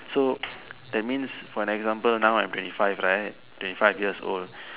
so that means for an example now I'm twenty five right twenty five years old